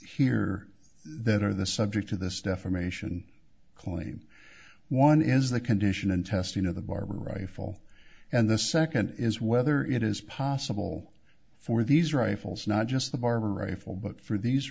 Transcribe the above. here that are the subject of this defamation claim one is the condition and test you know the barber rifle and the second is whether it is possible for these rifles not just the barber rifle but for these